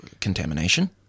contamination